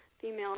Female